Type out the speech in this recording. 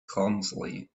clumsily